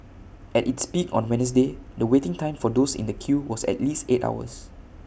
at its peak on Wednesday the waiting time for those in the queue was at least eight hours